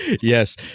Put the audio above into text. yes